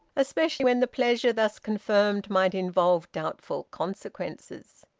especially when the pleasure thus conferred might involve doubtful consequences.